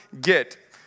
get